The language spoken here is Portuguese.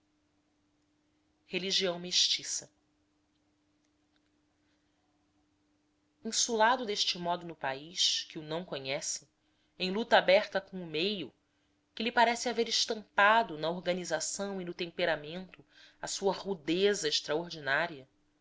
religião mestiça insulado deste modo no país que o não conhece em luta aberta com o meio que lhe parece haver estampado na organização e no temperamento a sua rudeza extraordinária